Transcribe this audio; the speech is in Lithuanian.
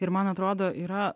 ir man atrodo yra